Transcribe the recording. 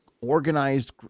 organized